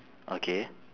okay